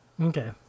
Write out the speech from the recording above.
Okay